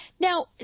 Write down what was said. Now